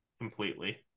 completely